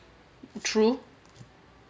true